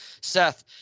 seth